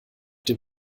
den